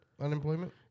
unemployment